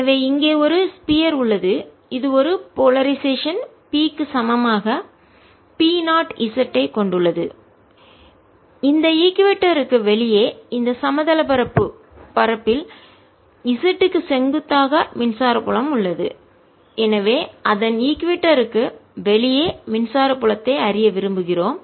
எனவே இங்கே ஒரு ஸ்பியர் கோளம் உள்ளது இது ஒரு போலரைசேஷன் P க்கு சமமாக P 0 z ஐக் கொண்டுள்ளது இந்த இக்குவேடார் க்கு பூமத்திய ரேகைக்கு வெளியே இந்த சமதள பரப்பு தட்டையான பரப்பு இல் z க்கு செங்குத்தாக மின்சார புலம் உள்ளது எனவே அதன் இக்குவேடார் க்கு பூமத்திய ரேகைக்கு வெளியே மின்சார புலத்தை அறிய விரும்புகிறோம்